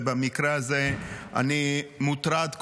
ובמקרה הזה אני מוטרד,